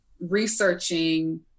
researching